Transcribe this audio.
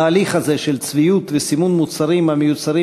ההליך הזה של צביעה וסימון של מוצרים המיוצרים